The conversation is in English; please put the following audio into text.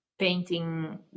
painting